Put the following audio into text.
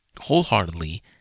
wholeheartedly